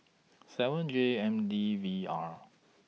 seven J M D V R